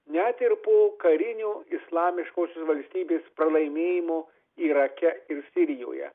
net ir po karinio islamiškosios valstybės pralaimėjimo irake ir sirijoje